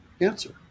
answer